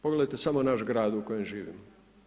Pogledajte samo naš grad u kojem živimo.